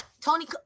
Tony